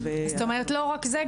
זאת אומרת לא רק זה,